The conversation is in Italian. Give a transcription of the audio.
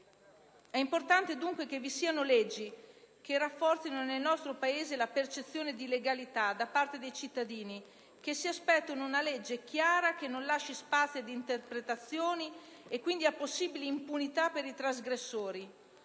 È importante, dunque, che vi siano leggi che rafforzino nel nostro Paese la percezione di legalità da parte dei cittadini che si aspettano una legge chiara che non lasci spazio ad interpretazioni e quindi a possibili impunità per i trasgressori,